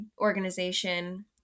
organization